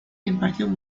impartió